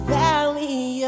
valley